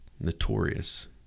Notorious